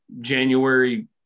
January